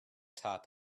top